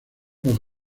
los